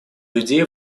людей